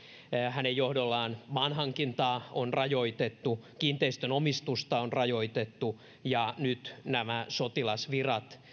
hänen johdollaan maanhankintaa on rajoitettu kiinteistön omistusta on rajoitettu ja nyt nämä sotilasvirat